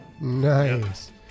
Nice